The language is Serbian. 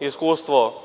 iskustvo